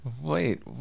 Wait